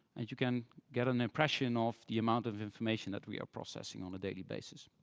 and you can get an impression of the amount of information that we are processing on a daily basis.